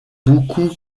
beaucoup